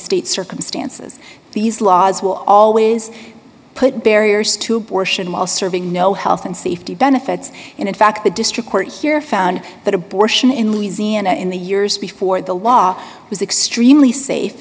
state circumstances these laws will always put barriers to abortion while serving no health and safety benefits and in fact the district court here found that abortion in louisiana in the years before the law was extremely safe